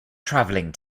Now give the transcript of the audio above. traveling